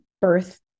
birth